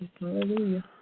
Hallelujah